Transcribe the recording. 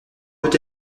peut